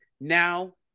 Now